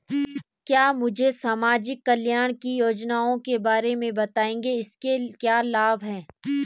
क्या मुझे समाज कल्याण की योजनाओं के बारे में बताएँगे इसके क्या लाभ हैं?